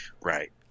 Right